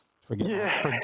Forget